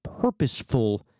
purposeful